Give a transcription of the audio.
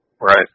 Right